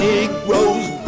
Negroes